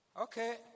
Okay